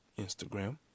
Instagram